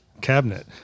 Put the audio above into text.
cabinet